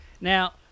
Now